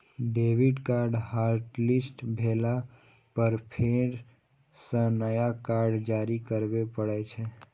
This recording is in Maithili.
डेबिट कार्ड हॉटलिस्ट भेला पर फेर सं नया कार्ड जारी करबे पड़ै छै